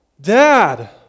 Dad